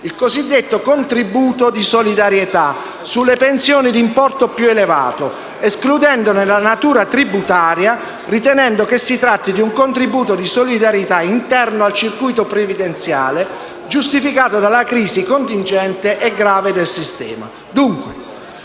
il cosiddetto contributo di solidarietà sulle pensioni di importo più elevato, escludendone la natura tributaria e ritenendo che si tratti di un contributo di solidarietà interno al circuito previdenziale, giustificato dalla crisi contingente e grave del sistema. Dunque,